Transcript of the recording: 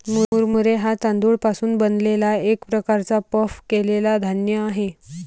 मुरमुरे हा तांदूळ पासून बनलेला एक प्रकारचा पफ केलेला धान्य आहे